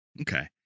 Okay